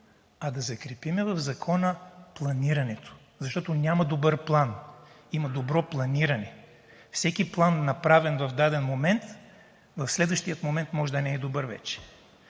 а да закрепим в закона планирането, защото няма добър план, има добро планиране. Всеки план, направен в даден момент, в следващия момент вече може да не е добър.